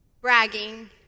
bragging